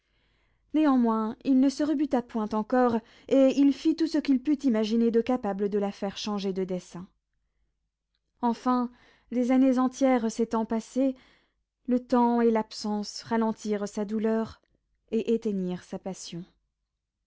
néanmoins il ne se rebuta point encore et il fit tout ce qu'il put imaginer de capable de la faire changer de dessein enfin des années entières s'étant passées le temps et l'absence ralentirent sa douleur et éteignirent sa passion